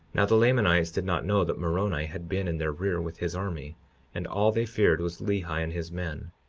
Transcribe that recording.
now the lamanites did not know that moroni had been in their rear with his army and all they feared was lehi and his men.